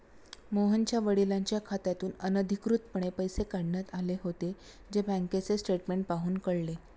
मोहनच्या वडिलांच्या खात्यातून अनधिकृतपणे पैसे काढण्यात आले होते, जे बँकेचे स्टेटमेंट पाहून कळले